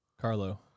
Carlo